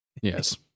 yes